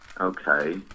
okay